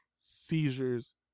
seizures